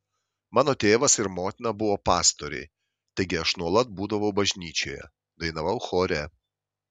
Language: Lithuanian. mano tėvas ir motina buvo pastoriai taigi aš nuolat būdavau bažnyčioje dainavau chore